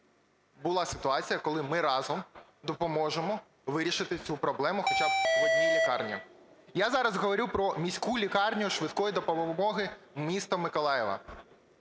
була ситуація, коли ми разом допоможемо вирішити цю проблему хоча б в одній лікарні. Я зараз говорю про міську лікарню швидкої допомоги міста Миколаєва,